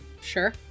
Sure